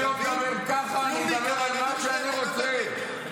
אני אדבר על מה שאני רוצה.